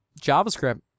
JavaScript